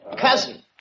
Cousin